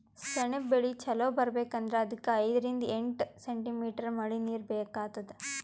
ಸೆಣಬ್ ಬೆಳಿ ಚಲೋ ಬರ್ಬೆಕ್ ಅಂದ್ರ ಅದಕ್ಕ್ ಐದರಿಂದ್ ಎಂಟ್ ಸೆಂಟಿಮೀಟರ್ ಮಳಿನೀರ್ ಬೇಕಾತದ್